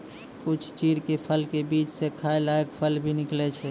कुछ चीड़ के फल के बीच स खाय लायक फल भी निकलै छै